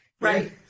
Right